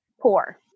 poor